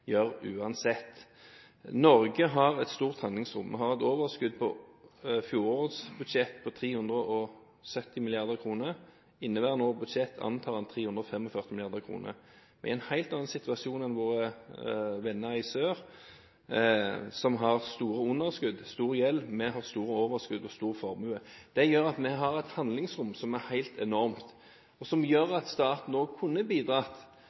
uansett. Norge har et stort handlingsrom og har et overskudd på fjorårets budsjett på 370 mrd. kr. For inneværende års budsjett antar en at det er på 345 mrd. kr. Vi er i en helt annen situasjon enn våre venner i sør, som har store underskudd og stor gjeld. Vi har store overskudd og stor formue. Det gjør at vi har et handlingsrom som er helt enormt, og som gjør at staten også kunne bidratt